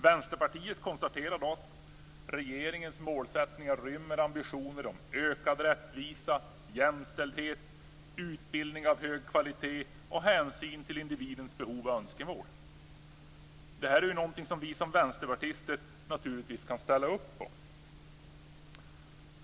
Vänsterpartiet konstaterar dock att regeringens målsättningar rymmer ambitioner om ökad rättvisa, jämställdhet, utbildning av hög kvalitet och hänsyn till individens behov och önskemål. Detta är någonting som vi som vänsterpartister naturligtvis kan ställa upp på.